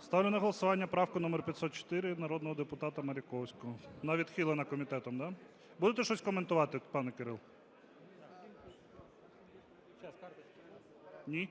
Ставлю на голосування поправку номер 504 народного депутата Маріковського. Вона відхилена комітетом, да? Будете щось коментувати, пане Кирилл? Ні?